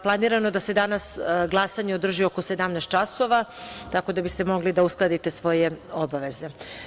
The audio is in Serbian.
Planirano je da se danas glasanje održi oko 17.00 časova, tako da biste mogli da uskladite svoje obaveze.